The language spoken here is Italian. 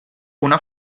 una